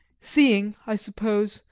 seeing, i suppose,